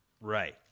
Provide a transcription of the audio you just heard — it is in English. right